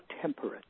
temperate